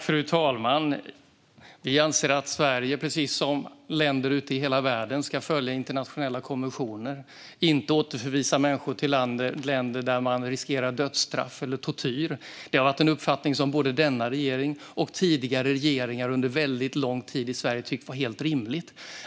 Fru talman! Vi anser att Sverige, precis som länder i hela världen, ska följa internationella konventioner, inte återförvisa människor till länder där de riskerar dödsstraff eller tortyr. Det har varit en uppfattning som både denna regering och tidigare regeringar under lång tid i Sverige har tyckt varit helt rimlig.